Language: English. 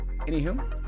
Anywho